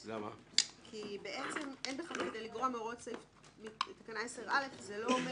כי "אין בכך לגרוע מהוראות תקנה 10(א)" לא אומר